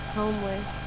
homeless